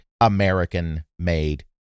American-made